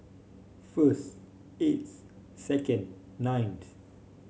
first eighth second ninth